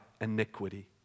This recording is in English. iniquity